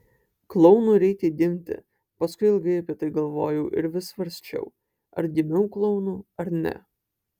klounu reikia gimti paskui ilgai apie tai galvojau ir vis svarsčiau ar gimiau klounu ar ne